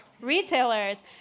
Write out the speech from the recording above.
retailers